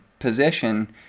position